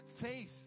faith